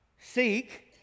Seek